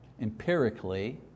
empirically